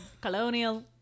colonial